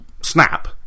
Snap